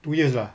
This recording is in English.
two years lah